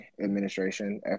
Administration